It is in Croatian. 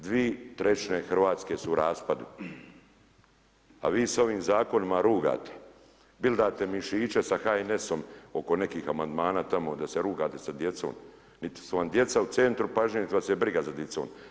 Dvi trećine Hrvatske su u raspadu, a vi se ovim zakonima rugate, bildate mišiće sa HNS-om oko nekih amandmana tamo da se rugate sa djecom, niti su vam djeca u centru pažnje nit vas je briga za dicom.